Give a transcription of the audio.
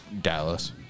Dallas